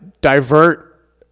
divert